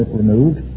removed